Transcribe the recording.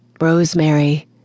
rosemary